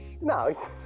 No